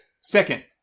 Second